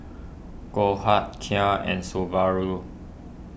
Goldheart Kia and Subaru